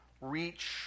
reach